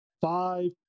five